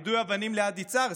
יידוי אבנים ליד יצהר,